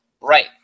Right